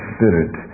Spirit